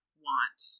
want